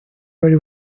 very